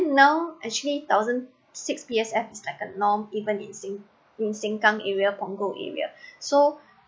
now actually thousand six P_S_F like a norm even in sing in sengkang area punggol area so